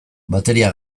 bateria